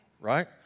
Right